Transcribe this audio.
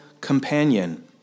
companion